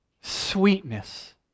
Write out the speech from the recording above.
sweetness